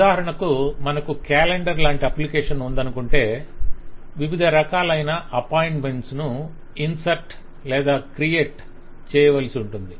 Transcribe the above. ఉదాహరణకు మనకు క్యాలెండర్ లాంటి అప్లికేషన్ ఉందనుకొంటే వివిధ రకాలైన అపాయింట్మెంట్ ను ఇన్సర్ట్ లేదా క్రియేట్ insert create చేయవలసి ఉంటుంది